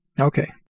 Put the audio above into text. Okay